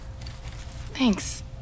Thanks